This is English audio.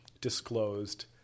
disclosed